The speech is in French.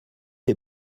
est